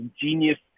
genius